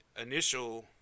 initial